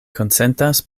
konsentas